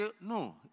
no